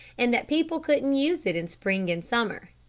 and that people couldn't use it in spring and summer.